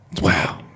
Wow